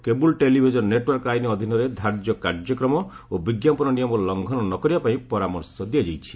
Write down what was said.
cable television network ଆଇନ୍ ଅଧୀନରେ ଧାର୍ଯ୍ୟ କାର୍ଯ୍ୟକ୍ରମ ଓ ବିଜ୍ଞାପନ ନିୟମ ଲଙ୍ଘନ ନ କରିବା ପାଇଁ ପରାମର୍ଶ ଦିଆଯାଇଛି